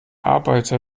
arbeiter